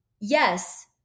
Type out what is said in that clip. yes